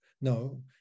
no